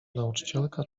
nauczycielka